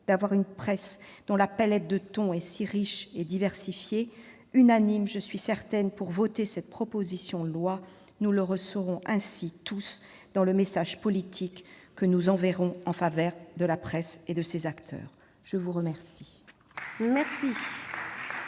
d'avoir une presse dont la palette de tons est si riche et diversifiée. Unanimes, j'en suis certaine, pour voter cette proposition de loi, nous le serons ainsi tous dans le message politique que nous enverrons en faveur de la presse et de ses acteurs. La parole